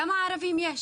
כמה ערבים יש.